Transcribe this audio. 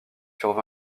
furent